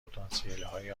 پتانسیلهای